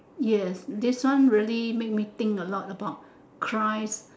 yes this one really make me think a lot about christ